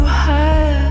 higher